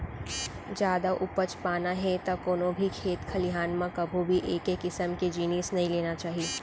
जादा उपज पाना हे त कोनो भी खेत खलिहान म कभू भी एके किसम के जिनिस नइ लेना चाही